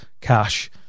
Cash